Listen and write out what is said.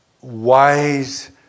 wise